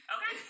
Okay